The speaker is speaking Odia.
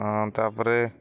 ତା'ପରେ